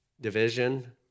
division